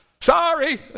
Sorry